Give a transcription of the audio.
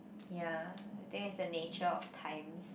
ya I think it's the nature of times